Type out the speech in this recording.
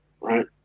right